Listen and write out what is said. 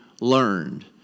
learned